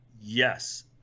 Yes